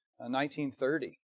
1930